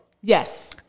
Yes